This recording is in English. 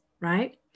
right